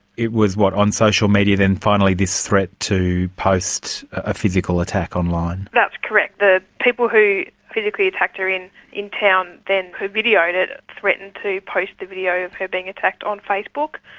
it was, what, on social media then finally this threat to post a physical attack online? that's correct. the people who physically attacked her in in town then who videoed it threatened to post the video of her being attacked on facebook.